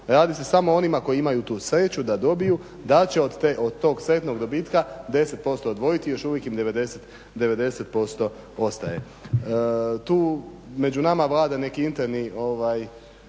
Radi se samo o onima koji imaju tu sreću da dobiju da će od tog sretnog dobitka 10% odvojiti. Još uvijek im 90% ostaje. Tu među nama vlada neki interni,